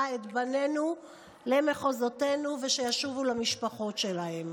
את בנינו למחוזותינו ושישובו למשפחות שלהם.